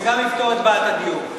וגם יפתור את בעיית הדיור,